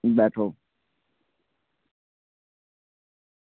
बैठो